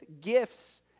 gifts